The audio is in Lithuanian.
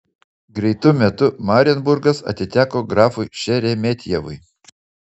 greitu metu marienburgas atiteko grafui šeremetjevui